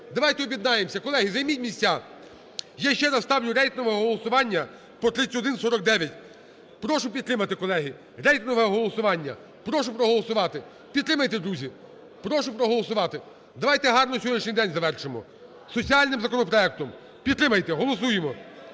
давайте об'єднаємося. Колеги, займіть місця. Я ще раз ставлю рейтингове голосування по 3149. Прошу підтримати, колеги, рейтингове голосування, прошу проголосувати. Підтримайте, друзі, прошу проголосувати. Давайте гарно сьогоднішній день завершимо соціальним законопроектом. Підтримайте, голосуємо.